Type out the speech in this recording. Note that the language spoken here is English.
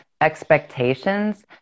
expectations